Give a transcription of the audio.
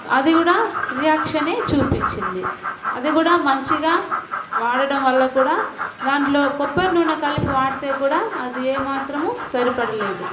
అది కూడా రియాక్షనే చూపించింది అది కూడా మంచిగా వాడడం వల్ల కూడా దాంట్లో కొబ్బరి నూనె కలిపి వాడితే కూడా అది ఏ మాత్రము సరిపడలేదు